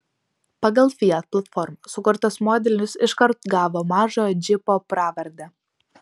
pagal fiat platformą sukurtas modelis iškart gavo mažojo džipo pravardę